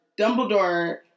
Dumbledore